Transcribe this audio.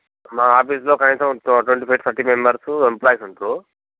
మా ఆఫీసులో కనీసం twenty five thirty five members employees ఉంటుర్రు